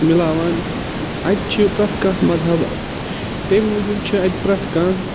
مِلاوان اَتہِ چھِ پرٮ۪تھ کانٛہہ مزہب تٔمۍ موجوٗب چھِ اَتہِ پرٮ۪تھ کانٛہہ